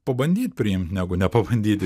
pabandyt priimt negu nepabandyti